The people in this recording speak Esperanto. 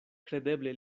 kredeble